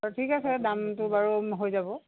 ঠিক আছে দামটো বাৰু হৈ যাব